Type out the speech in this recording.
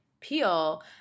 peel